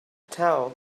tell